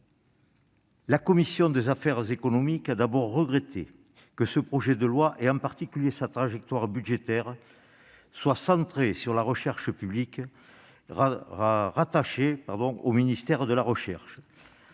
la commission des affaires économiques a d'abord regretté que ce projet de loi, et en particulier la trajectoire budgétaire qui y est présentée, soit centré sur la recherche publique rattachée au ministère de la recherche.